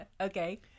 Okay